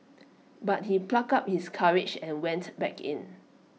but he plucked up his courage and went back in